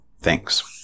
Thanks